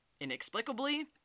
inexplicably